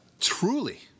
Truly